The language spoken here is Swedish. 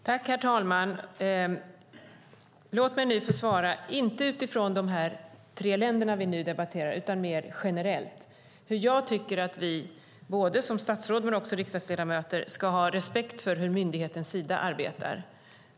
Herr talman! Låt mig nu få svara inte utifrån de tre länder som vi nu debatterar utan mer generellt. Jag tycker att vi, både som statsråd men också som riksdagsledamöter, ska ha respekt för hur myndigheten Sida arbetar.